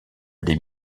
des